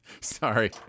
sorry